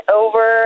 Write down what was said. over